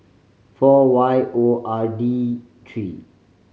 four Y O R D three